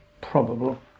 probable